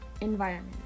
environment